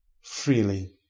freely